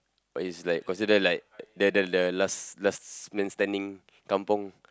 but is like consider like the the the last last man standing kampung